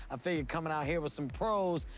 ah figure comin' out here with some pros,